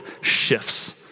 shifts